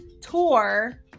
tour